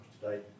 today